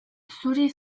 zuri